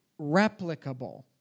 replicable